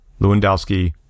Lewandowski